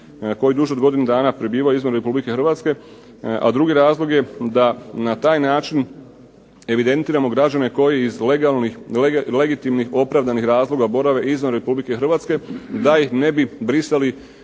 koji duže od godinu dana prebivaju izvan Republike Hrvatske. A drugi razlog je da na taj način evidentiramo građane koji iz legitimnih, opravdanih razloga, borave izvan RH da ih ne bi brisali